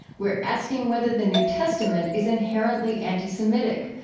we're asking whether the new testament is inherently anti-semitic,